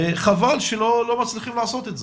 חבל שלא מצליחים לעשות את זה.